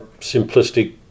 simplistic